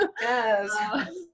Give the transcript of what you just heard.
yes